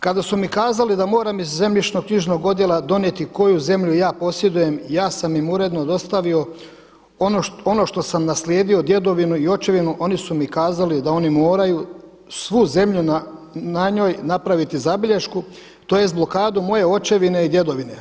Kada su mi kazali da moram iz zemljišno-knjižnog odjela donijeti koju zemlju ja posjedujem, ja sam im uredno dostavio ono što sam naslijedio djedovinu i očevinu oni su mi kazali da oni moraju svu zemlju na njoj napraviti zabilješku tj. blokadu moje očevine i djedovine.